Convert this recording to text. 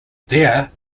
there